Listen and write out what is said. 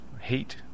hate